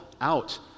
out